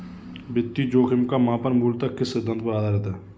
वित्तीय जोखिम का मापन मूलतः किस सिद्धांत पर आधारित है?